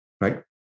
Right